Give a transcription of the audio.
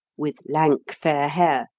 with lank, fair hair,